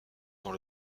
dans